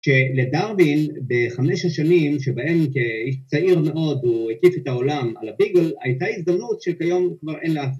שלדרווין, בחמש השנים שבהם כאיש צעיר מאוד הוא הקיף את העולם על הביגל הייתה הזדמנות שלכיום כבר אין לאף אחד